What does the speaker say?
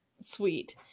sweet